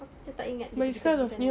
aku macam tak ingat kita kita pergi sana